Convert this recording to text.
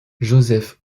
joseph